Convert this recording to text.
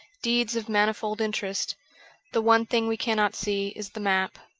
deeds of manifold interest the one thing we cannot see is the map.